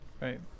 Right